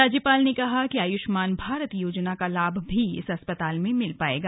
राज्यपाल ने कहा कि आयुष्मान भारत योजना का लाभ भी इस अस्पताल में मिल सकेगा